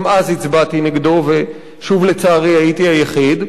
גם אז הצבעתי נגדו, ושוב, לצערי, הייתי היחיד.